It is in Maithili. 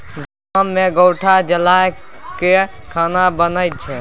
गाम मे गोयठा जरा कय खाना बनइ छै